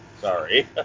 sorry